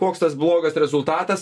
koks tas blogas rezultatas